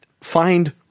find